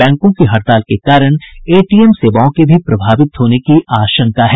बैंकों की हड़ताल के कारण एटीएम सेवाओं के भी प्रभावित होने की आशंका है